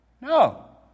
No